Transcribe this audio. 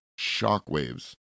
shockwaves